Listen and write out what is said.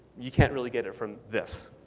you can't really get it from this.